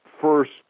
first